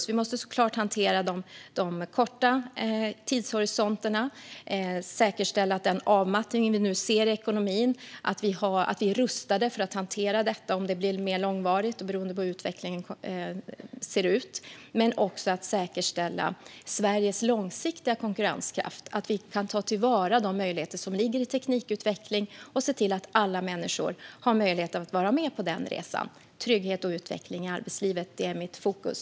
Givetvis måste vi också hantera de korta tidshorisonterna och säkerställa att vi är rustade att hantera avmattningen i ekonomin beroende på hur den utvecklas och hur långvarig den blir. Men som sagt, vi måste säkerställa Sveriges långsiktiga konkurrenskraft, ta till vara de möjligheter som teknikutvecklingen erbjuder och se till att alla människor har möjlighet att vara med på denna resa. Trygghet och utveckling i arbetslivet är mitt fokus.